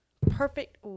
perfect